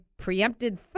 preempted